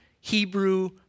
Hebrew